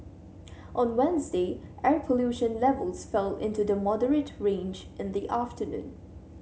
on Wednesday air pollution levels fell into the moderate range in the afternoon